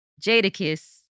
Jadakiss